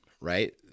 right